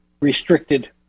restricted